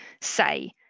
say